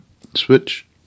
Switch